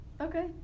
Okay